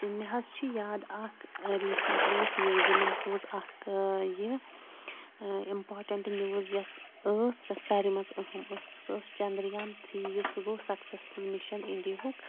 مےٚ حظ چھُ یاد اَکھ ریٖس۪ٹلی یُس نِوزِ منٛز روٗز اَکھ یہِ اِمپاٹنٛٹ نِوٕز یۄس ٲس سۄ ساروی منٛز اَہم ٲس تہٕ سۄ ٲس چنٛدریان تھِرٛی یُس سُہ گوٚو سَکسَسفُل مِشَن اِنڈِہُک